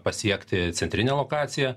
pasiekti centrinę lokaciją